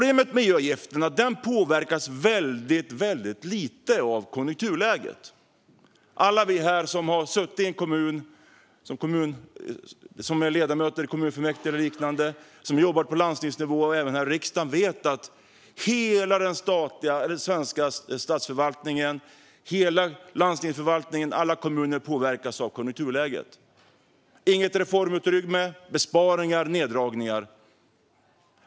EU-avgiften påverkas nämligen väldigt lite av konjunkturläget. Alla vi här som har suttit som ledamöter i kommunfullmäktige eller liknande eller jobbat på landstingsnivå eller här i riksdagen vet att hela den svenska statsförvaltningen, hela landstingsförvaltningen och alla kommuner påverkas av konjunkturläget - inget reformutrymme, besparingar, neddragningar.